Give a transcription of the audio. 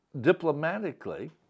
diplomatically